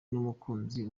n’umukunzi